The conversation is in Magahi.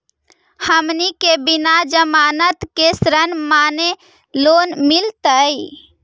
हमनी के बिना जमानत के ऋण माने लोन मिलतई?